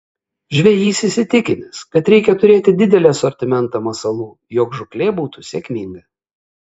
žvejys įsitikinęs kad reikia turėti didelį asortimentą masalų jog žūklė būtų sėkminga